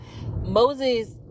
Moses